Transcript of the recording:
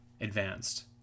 advanced